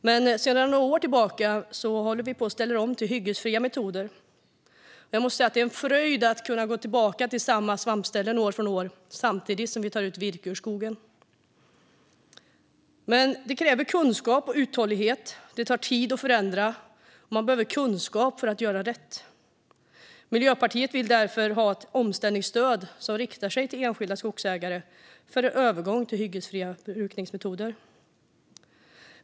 Men sedan några år tillbaka håller vi på att ställa om till hyggesfria metoder, och jag måste säga att det är en fröjd att kunna gå tillbaka till samma svampställen år efter år samtidigt som vi tar ut virke ur skogen. Detta kräver dock kunskap och uthållighet, och det tar tid att förändra. Man behöver kunskap för att göra rätt. Miljöpartiet vill därför ha ett omställningsstöd för övergång till hyggesfria brukningsmetoder som riktar sig till enskilda skogsägare.